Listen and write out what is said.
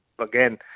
again